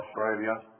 Australia